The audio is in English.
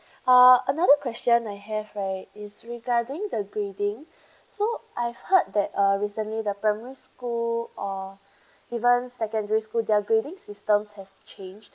ah another question I have right is regarding the grading so I heard that uh recently the primary school or even secondary school their grading systems have change